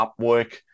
Upwork